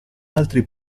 altri